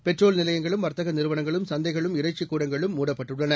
petrol நிலையங்களும் வர்த்தக நிறுவனங்களும் சந்தைகளும் இறைச்சிக் கூடங்களும் முடப்பட்டுள்ளன